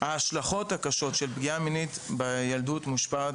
ההשלכות הקשות של פגיעה מינית בילדות מושפעת